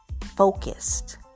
focused